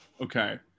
Okay